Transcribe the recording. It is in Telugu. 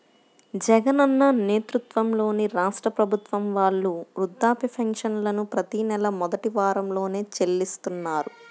జగనన్న నేతృత్వంలోని రాష్ట్ర ప్రభుత్వం వాళ్ళు వృద్ధాప్య పెన్షన్లను ప్రతి నెలా మొదటి వారంలోనే చెల్లిస్తున్నారు